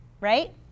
right